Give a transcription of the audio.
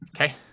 Okay